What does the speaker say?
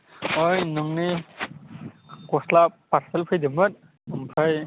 ओइ नोंनि गस्ला पार्सेल फैदोंमोन आमफाय